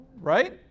Right